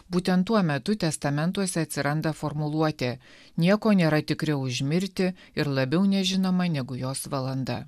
būtent tuo metu testamentuose atsiranda formuluotė nieko nėra tikriau už mirtį ir labiau nežinoma negu jos valanda